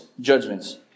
judgments